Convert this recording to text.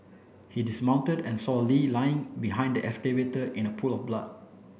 he dismounted and saw Lee lying behind the excavator in a pool of blood